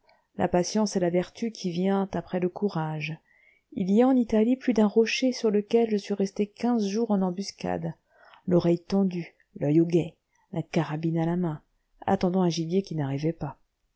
la patience est la vertu qui vient après le courage il y a en italie plus d'un rocher sur lequel je suis resté quinze jours en embuscade l'oreille tendue l'oeil au guet la carabine à la main attendant un gibier qui n'arrivait pas